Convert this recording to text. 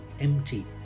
empty